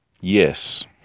yes